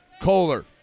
Kohler